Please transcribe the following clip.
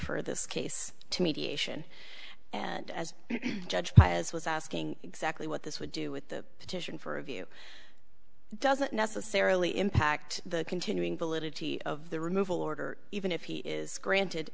refer this case to mediation and as judge has was asking exactly what this would do with the petition for a view it doesn't necessarily impact the continuing validity of the removal order even if he is granted